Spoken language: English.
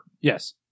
Yes